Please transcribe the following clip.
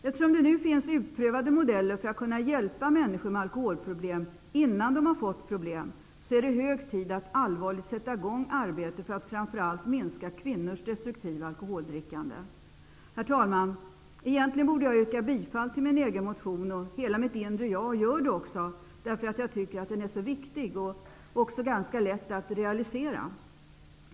Eftersom det nu finns utprövade modeller för att hjälpa människor med alkoholberoende innan de har fått problem är det hög tid att allvarligt sätta i gång arbetet för att framför allt minska kvinnors destruktiva alkoholdrickande. Herr talman! Egentligen borde jag yrka bifall till min egen motion, och hela mitt inre gör det också, därför att jag tycker att den är så viktig och även ganska lätt att realisera.